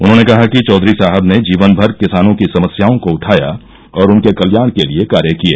उन्होंने कहा कि चौघरी साहब ने जीवनभर किसानों की समस्याओं को उठाया और उनके कल्याण के लिए कार्य किए